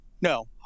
no